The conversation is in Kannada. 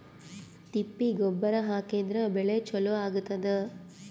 ತಿಪ್ಪಿ ಗೊಬ್ಬರ ಹಾಕಿದ್ರ ಬೆಳಿ ಚಲೋ ಆಗತದ?